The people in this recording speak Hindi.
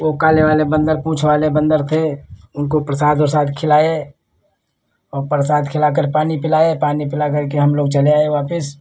वह काले वाले बंदर पूँछ वाले बंदर थे उनको प्रसाद ओरसाद खिलाए और प्रसाद खिलाकर पानी पिलाए पानी पिलाकर के हम लोग चले आए वापिस